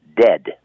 dead